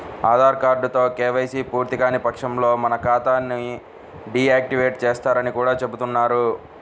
ఆధార్ కార్డుతో కేవైసీ పూర్తికాని పక్షంలో మన ఖాతా ని డీ యాక్టివేట్ చేస్తారని కూడా చెబుతున్నారు